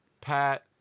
Pat